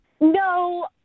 No